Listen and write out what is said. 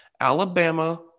Alabama